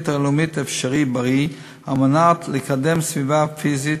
הלאומית "אפשריבריא" על מנת לקדם סביבה פיזית,